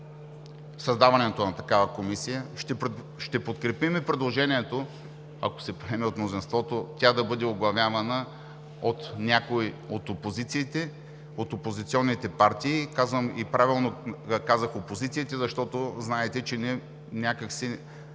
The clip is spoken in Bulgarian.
създаването на такава комисия, ще подкрепим и предложението, ако се приеме от мнозинството, тя да бъде оглавявана от някой от опозициите, от опозиционните партии. Казвам и правилно казах „опозициите“, защото знаете, че ние